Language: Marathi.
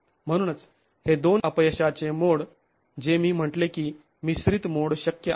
म्हणूनच हे दोन अपयशाचे मोड जे मी म्हटले की मिश्रीत मोड शक्य आहेत